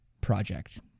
project